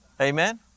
Amen